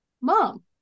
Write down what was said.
Mom